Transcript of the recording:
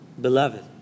Beloved